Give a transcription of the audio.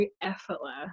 effortless